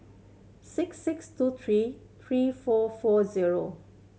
six six two three three four four zero